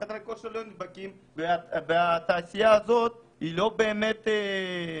בחדרי הכושר לא נדבקים והתעשייה הזו לא באמת